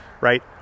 right